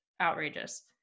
outrageous